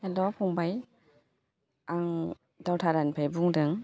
हेल' फंबाय आं दावथारानिफ्राय बुंदों